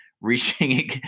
reaching